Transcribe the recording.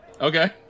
Okay